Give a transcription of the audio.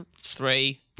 three